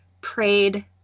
prayed